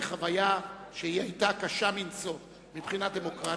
חוויה שהיתה קשה מנשוא מבחינה דמוקרטית.